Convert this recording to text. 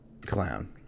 clown